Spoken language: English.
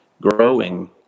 growing